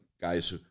guys